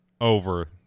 over